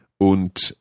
Und